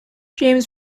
james